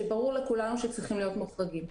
שברור לכולנו שצריכים להיות מוחרגים.